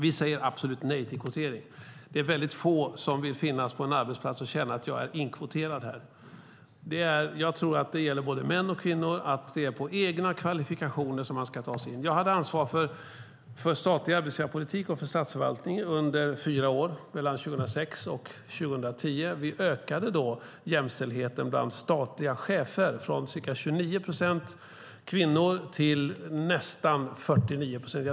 Vi säger absolut nej till kvotering. Det är få som vill inkvoteras på en arbetsplats. Både män och kvinnor vill ta sig in med hjälp av egna kvalifikationer. Jag hade ansvar för statlig arbetsgivarpolitik och för statsförvaltningen under fyra år, 2006-2010. Vi ökade jämställdheten bland statliga chefer från ca 29 procent kvinnor till nästan 49 procent.